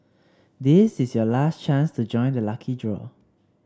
this is your last chance to join the lucky draw